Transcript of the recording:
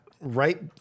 Right